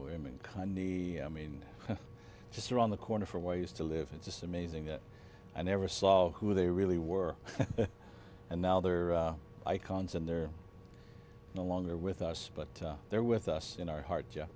cunny i mean just around the corner for ways to live it's just amazing that i never saw who they really were and now they're icons and they're no longer with us but they're with us in our hearts